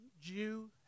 Jew